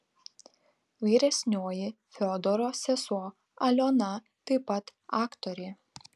vyresnioji fiodoro sesuo aliona taip pat aktorė